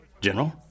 General